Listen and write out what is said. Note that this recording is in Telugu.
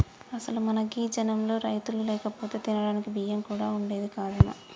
అసలు మన గీ జనంలో రైతులు లేకపోతే తినడానికి బియ్యం కూడా వుండేది కాదేమో